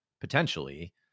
potentially